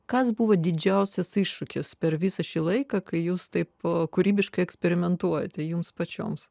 kas buvo didžiausias iššūkis per visą šį laiką kai jūs taip kūrybiškai eksperimentuojate jums pačioms